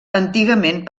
antigament